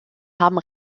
haben